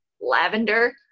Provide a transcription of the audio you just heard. lavender